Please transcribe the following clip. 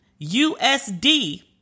USD